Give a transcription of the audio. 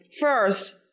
First